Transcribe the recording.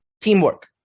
teamwork